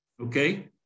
okay